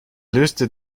löste